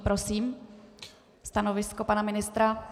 Prosím stanovisko pana ministra.